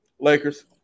Lakers